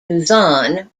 luzon